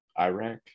Iraq